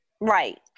Right